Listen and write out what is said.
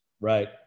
Right